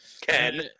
ken